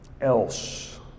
else